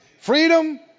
Freedom